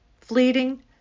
Fleeting